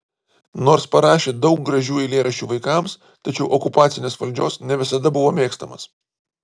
nors parašė daug gražių eilėraščių vaikams tačiau okupacinės valdžios ne visada buvo mėgstamas